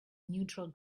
neutral